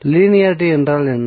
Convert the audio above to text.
linearity என்றால் என்ன